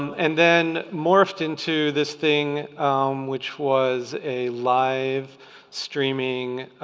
and then morphed into this thing which was a live streaming